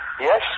Yes